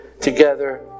together